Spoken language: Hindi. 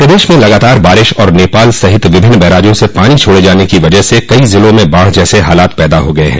प्रदेश में लगातार बारिश और नेपाल सहित विभिन्न बैराजों से पानी छोड़े जाने की वजह से कई जिलों में बाढ़ जैसे हालात पैदा हो गये हैं